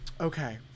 okay